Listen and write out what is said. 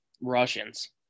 Russians